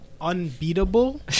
unbeatable